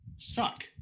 Suck